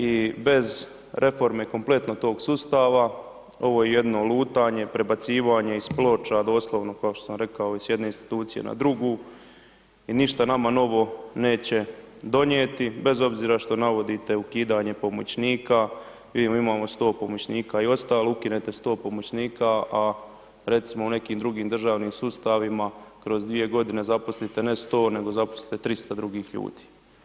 I bez reforme kompletnog tog sustava, ovo je jedno lutanje, prebacivanje iz ploča, doslovno kao što sam rekao, iz jedne institucije na drugu i ništa nama novo neće donijeti bez obzira što navodite ukidanje pomoćnika, mi imamo 100 pomoćnika i ostalo, ukinete 100 pomoćnika, a recimo u nekim drugim državnim sustavima kroz dvije godine zaposlite ne 100, nego zaposlite 300 drugih ljudi.